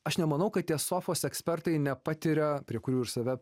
aš nemanau kad tie sofos ekspertai nepatiria prie kurių ir save